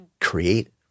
create